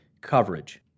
coverage